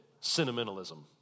sentimentalism